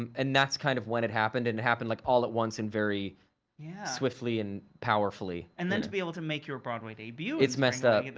um and that's kind of when it happened. and it happened like all at once and very yeah. swiftly and powerfully, yeah. and then to be able to make your broadway debut. it's messed up.